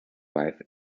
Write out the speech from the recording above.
wife